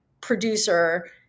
producer